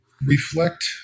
reflect